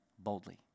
boldly